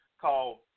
called